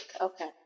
Okay